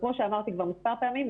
וכמו שאמרתי כבר מספר פעמים,